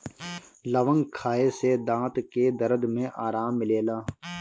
लवंग खाए से दांत के दरद में आराम मिलेला